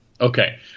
Okay